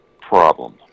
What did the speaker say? problem